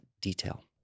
detail